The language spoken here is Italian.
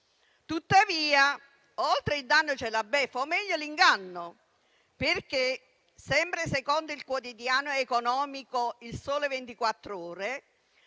Tuttavia, oltre il danno c'è la beffa, o meglio, l'inganno. Sempre secondo il quotidiano economico «Il Sole 24 Ore»,